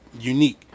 Unique